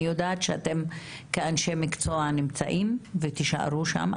אני יודעת שאתם כאנשי מקצוע נמצאים ותישארו שם.